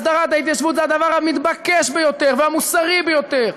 הסדרת ההתיישבות זה הדבר המתבקש ביותר והמוסרי ביותר.